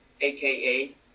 AKA